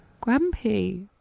grumpy